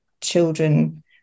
children